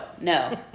no